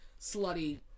slutty